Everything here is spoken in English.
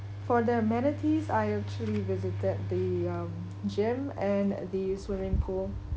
for the amenities I actually visited the um gym and the swimming pool